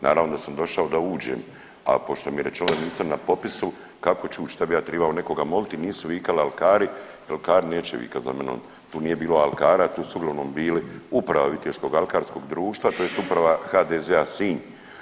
Naravno da sam došao da uđem, a pošto mi je rečeno da nisam na popisu, kako ću ući, šta bi ja trebao nekoga moliti i nisu vikali alkari, alkari neće vikat za menom, tu nije bilo alkara tu su uglavnom bili uprava Viteškog alkarskog društva tj. uprava HDZ-a Sinj.